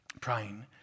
praying